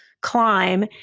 climb